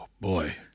boy